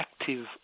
active